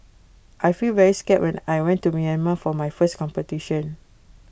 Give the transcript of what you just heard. I felt very scared when I went to Myanmar for my first competition